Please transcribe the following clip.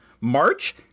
March